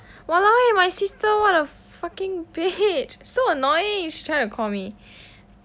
!walao! eh my sister what a fucking bitch so annoying she trying to call me